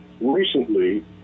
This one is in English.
recently